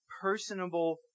personable